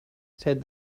said